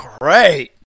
great